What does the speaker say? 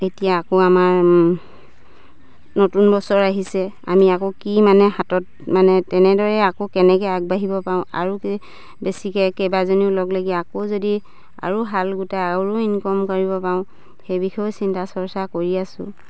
এতিয়া আকৌ আমাৰ নতুন বছৰ আহিছে আমি আকৌ কি মানে হাতত মানে তেনেদৰেই আকৌ কেনেকে আগবাঢ়িব পাৰোঁ আৰু কি বেছিকে কেইবাজনীও লগ লাগি আকৌ যদি আৰু আৰু ইনকম কৰিব পাৰোঁ সেই বিষয়েও চিন্তা চৰ্চা কৰি আছোঁ